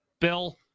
Bill